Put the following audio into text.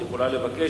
את יכולה לבקש,